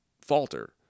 falter